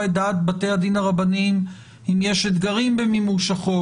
את דעת בתי הדין הרבניים אם יש אתגרים במימוש החוק,